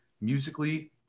musically